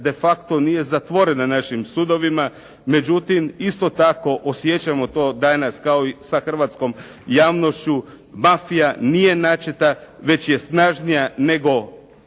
de facto nije zatvoren na našim sudovima, međutim isto tako osjećamo to danas kao i sa hrvatskom javnošću, mafija nije načeta, već je snažnija nego